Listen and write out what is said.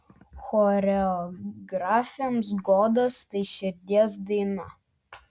choreografėms godos tai širdies daina